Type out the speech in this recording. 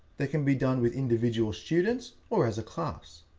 they can be done with individual students or as a class.